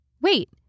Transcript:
Wait